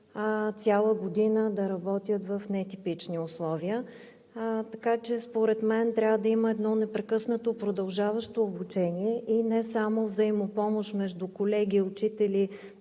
цяла година да работят в нетипични условия. Така че според мен трябва да има едно непрекъснато продължаващо обучение и не само взаимопомощ между колеги, учители,